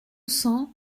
cents